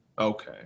Okay